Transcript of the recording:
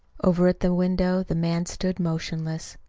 over at the window the man stood motionless.